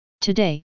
Today